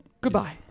Goodbye